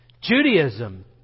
Judaism